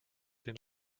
den